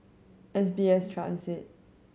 S B S Transit